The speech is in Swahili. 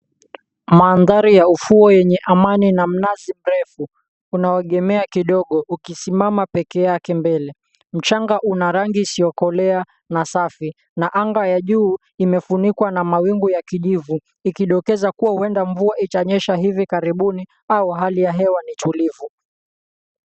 Mandhari ya ufuo yenye amani na mnazi mrefu unaoegemea kidogo ukisimama peke yake mbele. Mchanga una rangi isiyokolea na safi na anga ya juu imefunikwa na mawingu ya kijivu ikidokeza kuwa huenda mvua itanyesha hivi karibuni au hali ya hewa ni tulivu.